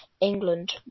England